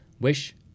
wish